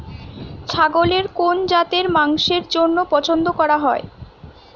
ছাগলের কোন জাতের মাংসের জন্য পছন্দ করা হয়?